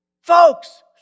Folks